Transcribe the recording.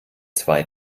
zwei